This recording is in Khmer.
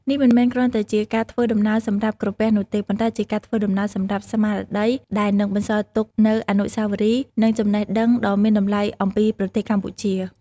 នេះមិនមែនគ្រាន់តែជាការធ្វើដំណើរសម្រាប់ក្រពះនោះទេ ប៉ុន្តែជាការធ្វើដំណើរសម្រាប់ស្មារតី ដែលនឹងបន្សល់ទុកនូវអនុស្សាវរីយ៍ និងចំណេះដឹងដ៏មានតម្លៃអំពីប្រទេសកម្ពុជា។